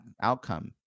outcome